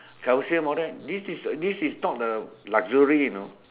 calcium all that this this is not the luxury you know